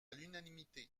l’unanimité